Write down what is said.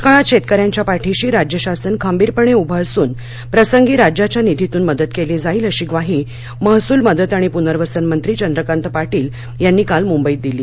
दृष्काळात शेतकऱ्यांच्या पाठीशी राज्य शासन खंबीरपणे उभे असून प्रसंगी राज्याच्या निधीतून मदत केली जाईल अशी ग्वाही महसूल मदत आणि पुनर्वसनमंत्री चंद्रकांत पाटील यांनी काल मुंबईत दिली